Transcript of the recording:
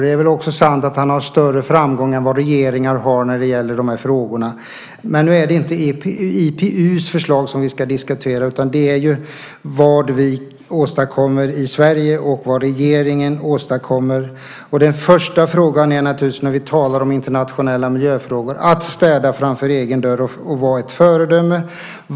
Det är också sant att han har haft större framgångar än vad regeringar har haft i dessa frågor. Men nu är det inte IPU:s förslag vi ska diskutera utan det är vad vi åstadkommer i Sverige och vad regeringen åstadkommer. När vi talar om internationella miljöfrågor är det första vi måste göra att sopa rent framför egen dörr och vara ett föredöme.